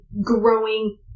growing